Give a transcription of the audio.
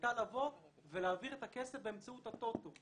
הייתה להעביר את הכסף באמצעות הטוטו.